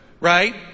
Right